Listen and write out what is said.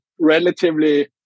relatively